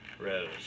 rose